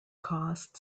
cost